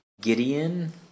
Gideon